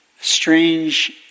strange